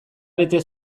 bete